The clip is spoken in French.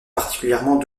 particulièrement